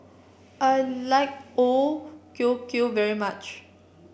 I like O Kueh Kueh very much